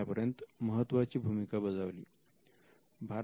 या कंपनीस नंतर 2009 मध्ये हाफमन ला रोच यांनी अधिग्रहित केले